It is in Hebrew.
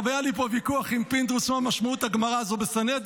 היה לי פה ויכוח עם פינדרוס מה משמעות הגמרא הזו בסנהדרין.